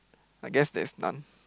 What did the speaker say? I guess there is none